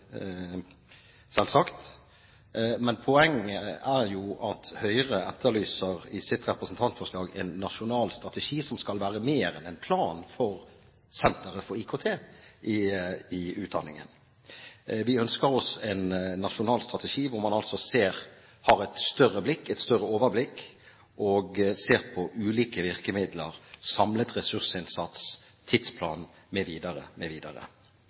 selvsagt. Men poenget er jo at Høyre i sitt representantforslag etterlyser en nasjonal strategi som skal være mer enn en plan for Senter for IKT i utdanningen. Vi ønsker oss en nasjonal strategi, hvor man har et større overblikk og ser på ulike virkemidler, samlet ressursinnsats,